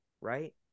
right